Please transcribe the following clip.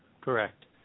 Correct